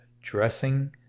dressing